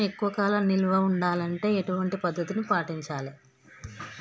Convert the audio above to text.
పంటలను ఎక్కువ కాలం నిల్వ ఉండాలంటే ఎటువంటి పద్ధతిని పాటించాలే?